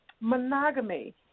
monogamy